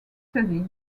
study